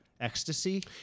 ecstasy